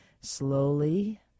slowly